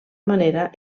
manera